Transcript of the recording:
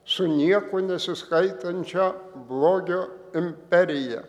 su niekuo nesiskaitančią blogio imperiją